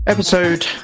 Episode